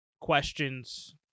questions